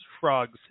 frogs